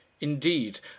indeed